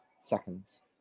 seconds